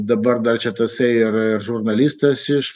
dabar dar čia tasai ir žurnalistas iš